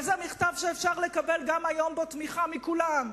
וזה מכתב שאפשר לקבל גם היום תמיכה בו מכולם,